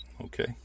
Okay